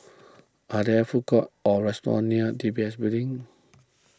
are there food courts or restaurants near D B S Building